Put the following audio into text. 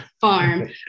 farm